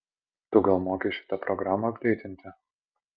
tu gal moki šitą programą apdeitinti